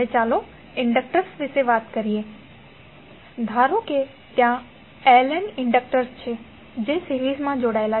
ચાલો હવે ઇન્ડક્ટર્સ વિશે વાત કરીએ ધારો કે ત્યાં Ln ઇન્ડક્ટર્સ છે જે સિરીઝમાં જોડાયેલા છે